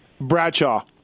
Bradshaw